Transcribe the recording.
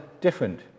different